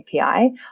API